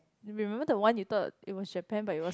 you remember the one you thought it was Japan but it was